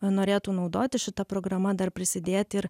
norėtų naudotis šita programa dar prisidėti ir